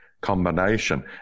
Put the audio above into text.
combination